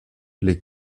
les